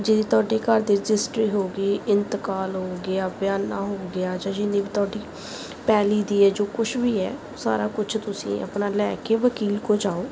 ਜਿਵੇਂ ਤੁਹਾਡੇ ਘਰ ਦੀ ਰਜਿਸਟਰੀ ਹੋ ਗਈ ਇੰਤਕਾਲ ਹੋ ਗਿਆ ਬਿਆਨਾ ਹੋ ਗਿਆ ਜਾਂ ਜਿੰਨੀ ਵੀ ਤੁਹਾਡੀ ਪੈਲੀ ਦੀ ਹੈ ਜਾਂ ਕੁਛ ਵੀ ਹੈ ਉਹ ਸਾਰਾ ਕੁਛ ਤੁਸੀਂ ਆਪਣਾ ਲੈ ਕੇ ਵਕੀਲ ਕੋਲ ਜਾਓ